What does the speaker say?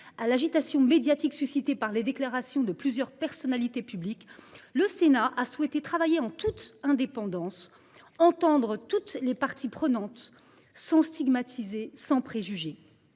à l'agitation médiatique suscitée par les déclarations de diverses personnalités publiques, le Sénat a tenu à travailler en toute indépendance, en entendant toutes les parties prenantes, sans stigmatisation ni préjugés.